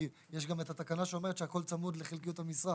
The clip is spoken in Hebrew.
כי יש גם את התקנה שאומרת שהכל צמוד לחלקיות המשרה.